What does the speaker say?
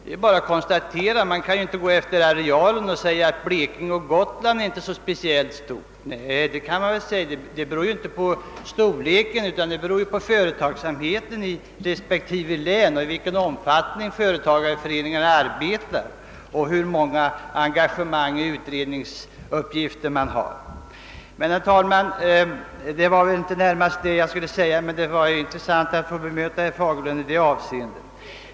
Man kan ju inte gå efter arealen i de olika länen och säga att Blekinge och Gotland inte är speciellt stora. Allt beror ju på omfattningen av företagsamheten och omfattningen av företagareföreningarnas arbete i respektive län samt på hur många engagemang och utredningsuppgifter de åtar sig. Men, herr talman, det var inte närmast det jag tänkte säga, men det var intressant att få bemöta herr Fagerlund i det avseendet.